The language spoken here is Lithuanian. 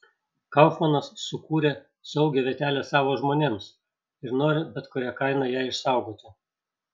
kaufmanas sukūrė saugią vietelę savo žmonėms ir nori bet kuria kaina ją išsaugoti